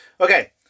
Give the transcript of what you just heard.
Okay